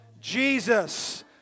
Jesus